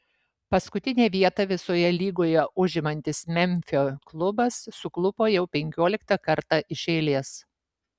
paskutinę vietą visoje lygoje užimantis memfio klubas suklupo jau penkioliktą kartą iš eilės